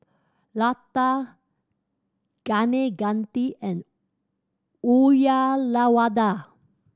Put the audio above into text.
Lata Kaneganti and Uyyalawada